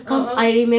ah ah